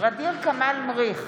ע'דיר כמאל מריח,